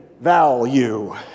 value